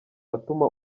atuma